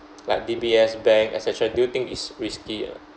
like D_B_S bank et cetera do you think is risky or not